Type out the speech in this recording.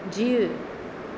जीउ